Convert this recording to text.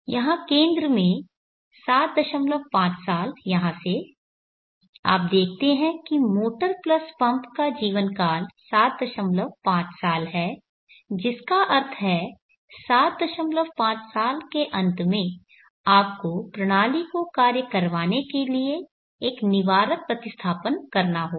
यहां केंद्र में 75 साल यहां से आप देखते हैं कि मोटर प्लस पंप का जीवनकाल 75 साल है जिसका अर्थ है 75 साल के अंत में आपको प्रणाली को कार्य करवाने के लिए एक निवारक प्रतिस्थापन करना होगा